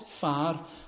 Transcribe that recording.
far